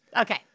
Okay